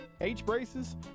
H-braces